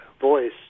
voice